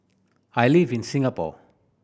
I live in Singapore